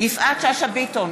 יפעת שאשא ביטון,